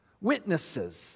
witnesses